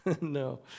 No